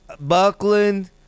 Buckland